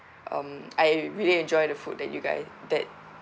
um I really enjoy the food that you guy that